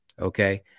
Okay